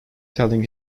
telling